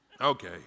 Okay